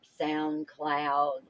SoundCloud